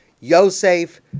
Yosef